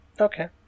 Okay